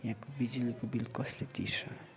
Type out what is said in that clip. यहाँको बिजुलीको बिल कसले तिर्छ